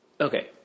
okay